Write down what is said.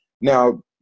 now